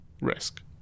risk